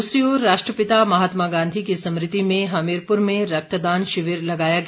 दूसरी ओर राष्ट्रपिता की स्मृति में हमीरपुर में रक्तदान शिविर लगाया गया